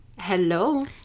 hello